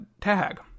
tag